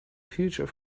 future